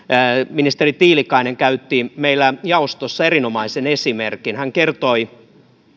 ministeri tiilikainen käytti meillä jaostossa erinomaisen esimerkin hän kertoi